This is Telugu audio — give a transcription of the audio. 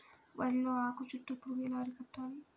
వరిలో ఆకు చుట్టూ పురుగు ఎలా అరికట్టాలి?